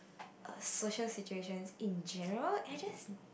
a social situation in general I just